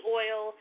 oil